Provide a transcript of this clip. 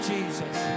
Jesus